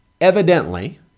Evidently